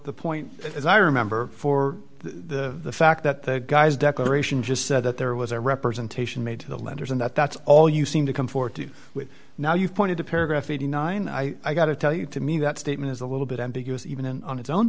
the point as i remember for the fact that the guy's declaration just said that there was a representation made to the letters and that that's all you seem to come for to with now you pointed to paragraph eighty nine i got to tell you to me that statement is a little bit ambiguous even and on its own